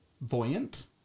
Voyant